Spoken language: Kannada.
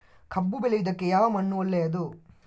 ಕಬ್ಬು ಬೆಳೆಯುವುದಕ್ಕೆ ಯಾವ ಮಣ್ಣು ಒಳ್ಳೆಯದು?